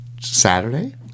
Saturday